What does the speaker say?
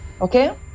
okay